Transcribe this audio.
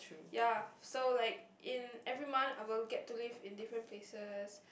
ya so like in every month I will get to live in different places